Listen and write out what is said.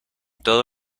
todo